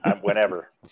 Whenever